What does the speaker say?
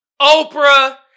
Oprah